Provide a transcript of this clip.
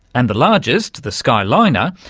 and the largest, the sky liner,